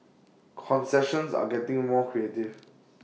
concessions are getting more creative